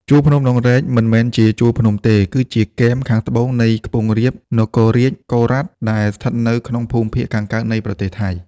ជួរភ្នំដងរែកមិន មែនជាជួរភ្នំទេ គឺជាគែមខាងត្បូងនៃខ្ពង់រាបនគររាជ កូរ៉ាត ដែលស្ថិតនៅក្នុង ភូមិភាគខាងកើតនៃប្រទេសថៃ ។